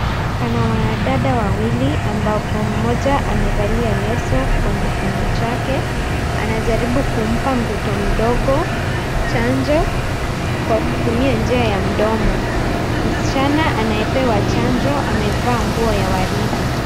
Kuna wanadada wawili ambapo mmoja amevalia leso kwenye kiuno chake . Anajaribu kumpa mtoto mdogo chanjo kwa kutumia njia ya mdomo. Msichana anayepewa chanjo amevaa nguo ya waridi.